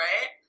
right